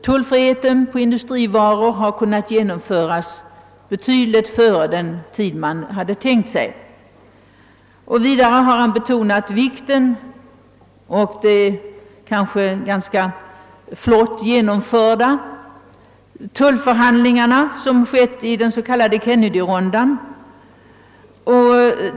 Tullfriheten på industrivaror har kunnat genomföras på betydligt kortare tid än man hade tänkt sig. Vidare har betonats vikten av de väl genomförda tullförhandlingarna i den s.k. Kennedyronden.